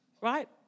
right